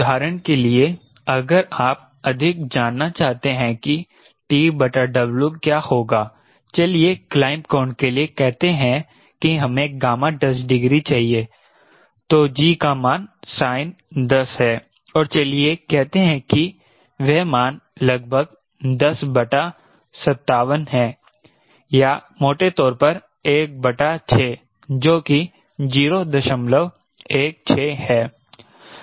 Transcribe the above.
उदाहरण के लिए अगर आप अधिक जानना चाहते हैं कि TW क्या होगा चलिए क्लाइंब कोण के लिए कहते हैं कि हमे 10 डिग्री चाहिए तो G का मान sin 10 है और चलिए कहते हैं कि वह मान लगभग 10 बटा 57 है या मोटे तौर पर 1 बटा 6 जो कि 016 है